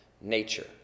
nature